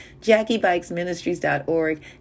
jackiebikesministries.org